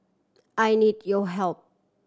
I need your help